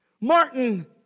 Martin